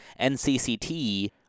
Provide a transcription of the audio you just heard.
NCCT